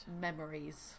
memories